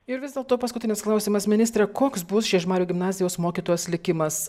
ir vis dėlto paskutinis klausimas ministre koks bus žiežmarių gimnazijos mokytojos likimas